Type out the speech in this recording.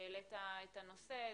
שהעלית את הנושא.